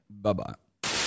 Bye-bye